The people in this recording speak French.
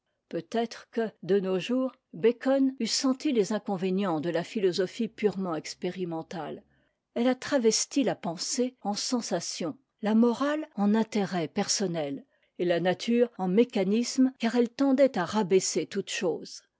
peut-être que de nos jours bacon eût senti les inconvénients de la philosophie purement expérimentale elle a travesti la pensée en sensation la morale en intérêt personne et la nature en mécanisme car elle tendait à rabaisser toutes choses